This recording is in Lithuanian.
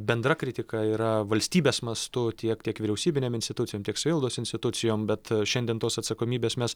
bendra kritika yra valstybės mastu tiek tiek vyriausybinėm institucijom tiek savivaldos institucijom bet šiandien tos atsakomybės mes